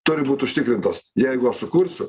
turi būt užtikrintos jeigu aš sukursiu